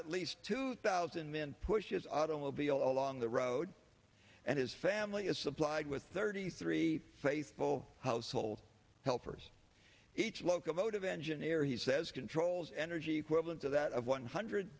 at least two thousand man pushes automobile along the road and his family is supplied with thirty three faithful household helpers each locomotive engineer he says controls energy equivalent to that of one hundred